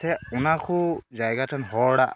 ᱥᱮ ᱚᱱᱟᱠᱚ ᱡᱟᱭᱜᱟᱨᱮᱱ ᱦᱚᱲᱟᱜ